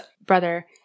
brother